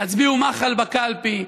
הצביעו מח"ל בקלפי,